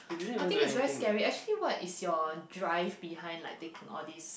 I think is very scary actually what is your drive behind like taking all these